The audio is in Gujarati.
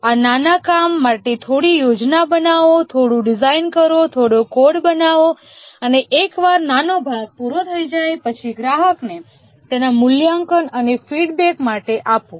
આ નાના કામ માટે થોડી યોજના બનાવો થોડું ડિઝાઇન કરો થોડો કોડ બનાવો અને એકવાર નાનો ભાગ પૂરો થઈ જાય પછી ગ્રાહકને તેના મૂલ્યાંકન અને ફીડબેક માટે આપો